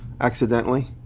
accidentally